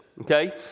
okay